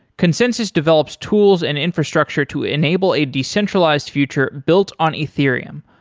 consensys develops tools and infrastructure to enable a decentralized future built on ethereum,